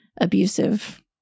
Abusive